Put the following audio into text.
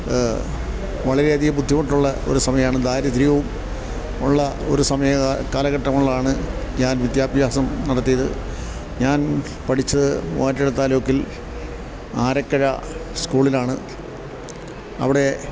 വളരെയധികം ബുദ്ധിമുട്ടുള്ള ഒരു സമയാണ് ദാരിദ്ര്യവുമുള്ളൊരു കാലഘട്ടത്തിലാണ് ഞാൻ വിദ്യാഭ്യാസം നടത്തിയത് ഞാൻ പഠിച്ചത് മൂവാറ്റുപുഴ താലൂക്കില് ആരക്കഴ സ്കൂളിലാണ് അവിടെ